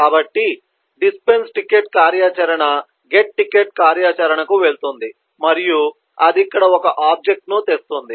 కాబట్టి dispense ticket కార్యాచరణ get ticket కార్యాచరణకు వెళుతుంది మరియు అది ఇక్కడ ఒక ఆబ్జెక్ట్ ను తెస్తుంది